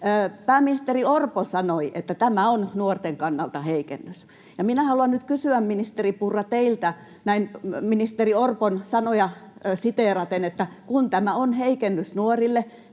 Pääministeri Orpo sanoi, että tämä on nuorten kannalta heikennys. Minä haluan nyt kysyä teiltä, ministeri Purra, näin ministeri Orpon sanoja siteeraten, että kun tämä on heikennys nuorille,